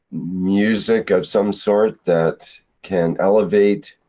music of some sort, that can elevate